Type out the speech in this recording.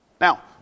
Now